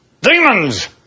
Demons